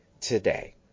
today